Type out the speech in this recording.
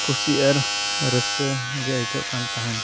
ᱠᱩᱥᱤ ᱟᱨ ᱨᱟᱹᱥᱠᱟᱹ ᱜᱮ ᱟᱹᱭᱠᱟᱹᱜ ᱠᱟᱱ ᱛᱟᱦᱮᱱ